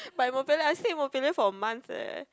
but I bo pian lah I stay in for a month eh